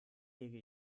lege